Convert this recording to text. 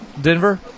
denver